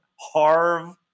Harv